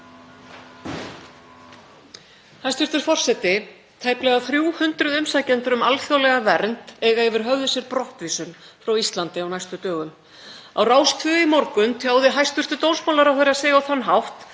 Hæstv. forseti. Tæplega 300 umsækjendur um alþjóðlega vernd eiga yfir höfði sér brottvísun frá Íslandi á næstu dögum. Á Rás 2 í morgun tjáði hæstv. dómsmálaráðherra sig á þann hátt